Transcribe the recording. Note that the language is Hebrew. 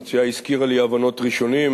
המציעה הזכירה לי עוונות ראשונים,